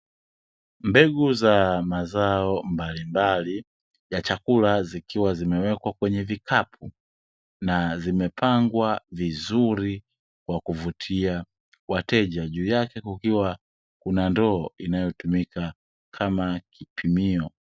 Mbegu za mazao mbalimbali ya chakula zikiwa zimewekwa kwenye vikapu, na zimepangwa vizuri kwa kuvutia wateja, juu yake kukiwa na ndoo ambayo inatumika kama kipimio.